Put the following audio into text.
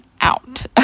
out